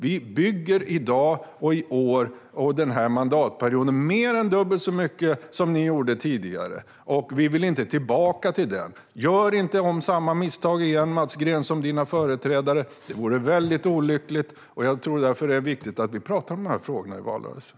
Vi bygger i dag, i år och under denna mandatperiod mer än dubbelt så mycket som ni gjorde tidigare, och vi vill inte tillbaka dit. Gör inte samma misstag som dina företrädare, Mats Green! Det vore väldigt olyckligt, och jag tror därför att det är viktigt att vi talar om dessa frågor i valrörelsen.